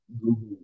Google